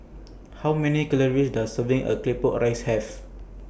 How Many Calories Does Serving A Claypot A Rice Have